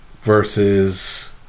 versus